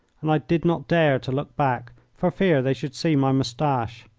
and i did not dare to look back for fear they should see my moustache.